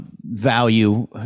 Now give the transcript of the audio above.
value